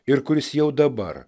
ir kuris jau dabar